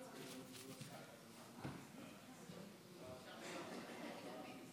החוק הנורבגי עבר וזה נתן תנופה לכל המפלגות,